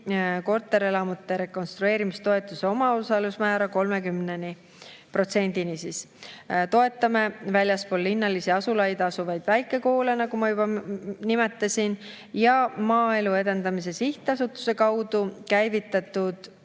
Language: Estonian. korterelamute rekonstrueerimistoetuse omaosalusmäära 30%-ni. Toetame väljaspool linnalisi asulaid asuvaid väikekoole, nagu ma juba nimetasin. Maaelu Edendamise Sihtasutuse kaudu käivitatud